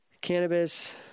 Cannabis